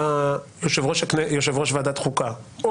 חברים, באמת זה קשה אתכם.